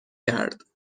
کرد